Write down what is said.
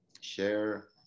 share